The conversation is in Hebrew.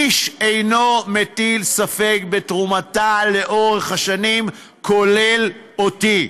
איש אינו מטיל ספק בתרומתה לאורך השנים, כולל אני.